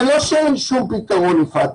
זה לא שאין שום פתרון, יפעת.